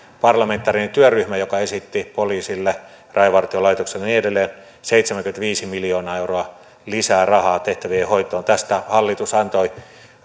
parlamentaarinen työryhmä joka esitti poliisille rajavartiolaitokselle ja niin edelleen seitsemänkymmentäviisi miljoonaa euroa lisää rahaa tehtävienhoitoon tästä hallitus antoi